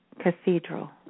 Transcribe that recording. cathedral